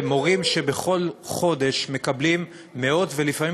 אלה מורים שבכל חודש מקבלים מאות ולפעמים